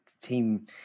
team